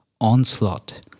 onslaught